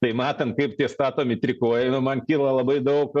tai matant kaip tie statomi trikojai man kyla labai daug